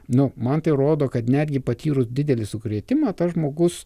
nu man tai rodo kad netgi patyrus didelį sukrėtimą tas žmogus